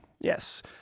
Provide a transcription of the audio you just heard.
Yes